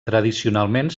tradicionalment